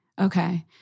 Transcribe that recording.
Okay